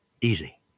easy